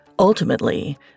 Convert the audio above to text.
Ultimately